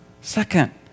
second